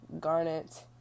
garnet